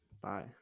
Bye